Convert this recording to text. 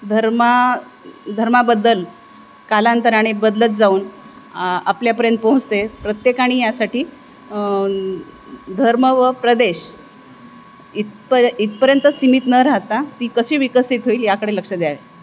धर्मा धर्माबद्दल कालांतराने बदलत जाऊन आपल्यापर्यंत पोहोचते प्रत्येकाने यासाठी धर्म व प्रदेश इथपर इथपर्यंत सीमित न राहता ती कशी विकसित होईल ह्याकडे लक्ष द्यायला